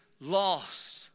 lost